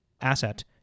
asset